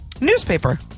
Newspaper